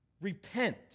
Repent